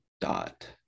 dot